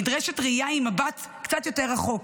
נדרשת ראייה עם מבט קצת יותר רחוק.